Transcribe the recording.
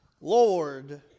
Lord